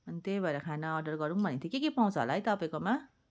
त्यही भएर खाना अर्डर गरौँ भनेको थिएँ के के पाउँछ होला है तपाईँकोमा